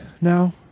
now